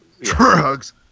Drugs